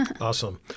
Awesome